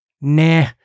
nah